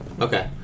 Okay